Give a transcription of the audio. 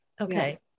okay